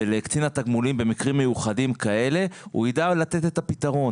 ושקצין התגמולים יידע לתת את הפתרון